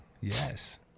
yes